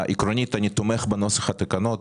עקרונית, אני תומך בנוסח התקנות.